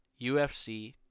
UFC